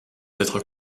être